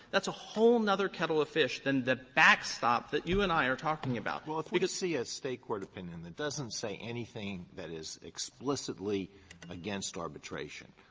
that's a whole other kettle of fish than the backstop that you and i are talking about. alito well, if we could see a state court opinion that doesn't say anything that is explicitly against arbitration,